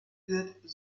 wird